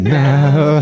now